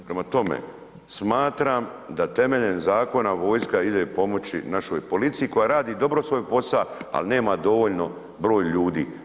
Prema tome smatram da temeljem zakona vojska ide pomoći našoj policiji koja radi dobro svoj posao ali nema dovoljni broj ljudi.